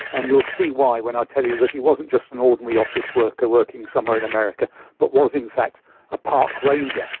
and you'll see why when i ah tell you that he wasn't just an ordinary office worker working somewhere in america but was in fact a park ranger.